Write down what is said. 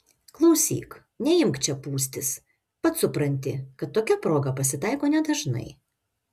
klausyk neimk čia pūstis pats supranti kad tokia proga pasitaiko nedažnai